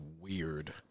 weird